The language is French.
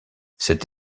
cette